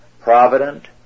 provident